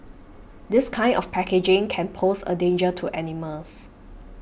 this kind of packaging can pose a danger to animals